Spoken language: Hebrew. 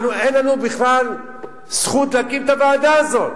אין לנו בכלל זכות להקים את הוועדה הזאת.